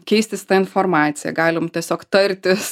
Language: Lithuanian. keistis ta informacija galim tiesiog tartis